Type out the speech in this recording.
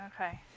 Okay